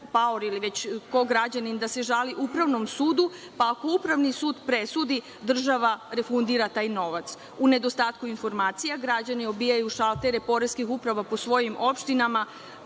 paor ili već ko, građanin, da se žali Upravnom sudu, pa ako Upravni sud presudi, država refundira taj novac. U nedostatku informacija građani obijaju šaltere poreskih uprava po svojim opštinama,